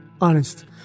honest